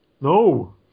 No